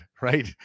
right